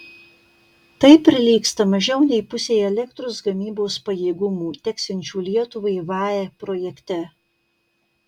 tai prilygsta mažiau nei pusei elektros gamybos pajėgumų teksiančių lietuvai vae projekte